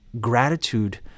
gratitude